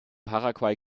paraguay